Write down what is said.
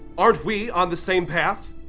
aren't we on the same path?